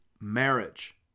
marriage